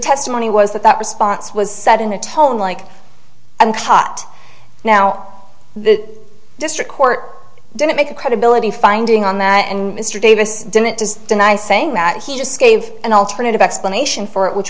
testimony was that that response was said in a tone like i'm caught now the district court didn't make a credibility finding on that and mr davis didn't just deny saying that he just gave an alternative explanation for it which